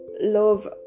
love